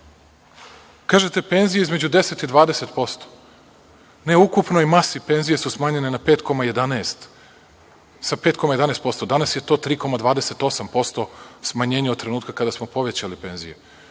istina. Kažete, penzije između 10 i 20%. U ukupnoj masi penzije su smanjene sa 5,11%. Danas je 3,28% smanjenje od trenutka kada smo povećali penzije,